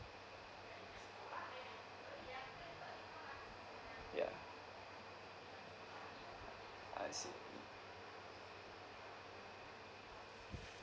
ya I see